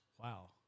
Wow